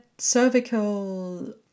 cervical